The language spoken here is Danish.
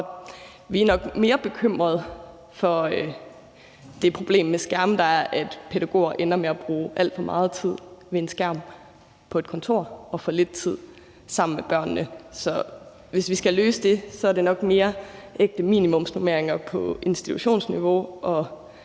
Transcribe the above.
vi er nok mere bekymrede for det problem med skærme, der handler om, at pædagoger ender med at bruge alt for meget tid på en skærm på et kontor og for lidt tid sammen med børnene. Så hvis vi skal løse det, er det nok mere ægte minimumsnormeringer på institutionsniveau